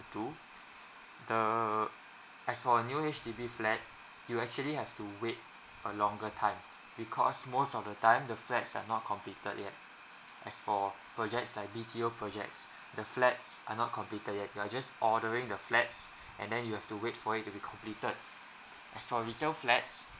two the as for a new H_D_B flat you actually have to wait a longer time because most of the time the flats are not completed yet as for projects like B_T_O projects the flats are not completed yet you are just ordering the flats and then you have to wait for it to be completed as for resale flats